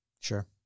Sure